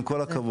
עם כל הכבוד,